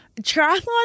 Triathlon